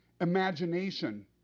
imagination